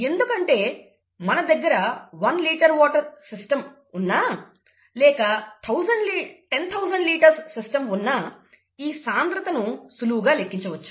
ఎందుకంటే మన దగ్గర 1 లీటర్ సిస్టం ఉన్నా లేక 10000 లీటర్ల సిస్టం ఉన్నా ఈ సాంద్రతను సులువుగా లెక్కించవచ్చు